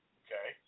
okay